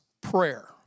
Prayer